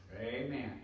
Amen